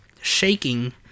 shaking